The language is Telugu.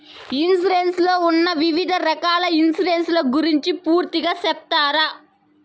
ఇన్సూరెన్సు లో ఉన్న వివిధ రకాల ఇన్సూరెన్సు ల గురించి పూర్తిగా సెప్తారా?